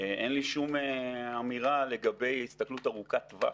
אין לי שום אמירה לגבי הסתכלות ארוכת טווח.